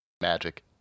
Magic